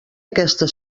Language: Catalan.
aquesta